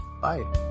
Bye